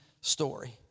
story